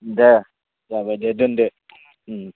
दे जाबाय दे दोनदो